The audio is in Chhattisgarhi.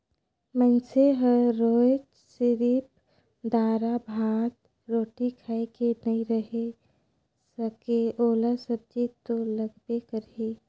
मइनसे हर रोयज सिरिफ दारा, भात, रोटी खाए के नइ रहें सके ओला सब्जी तो लगबे करही